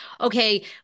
okay